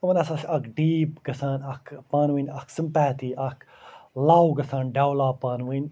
یِمن ہَسا چھِ اَکھ ڈیٖپ گَژھان اَکھ پانہٕ وٲنۍ اَکھ سِمپیتھی اَکھ لَو گَژھان ڈیٚولَپ پانہٕ وٲنۍ